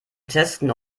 testen